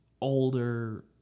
older